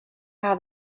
how